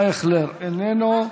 ישראל אייכלר, איננו.